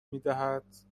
میدهد